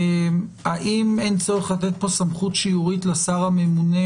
האם אין פה צורך לתת סמכות שיורית לשר הממונה